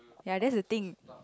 ya that's the thing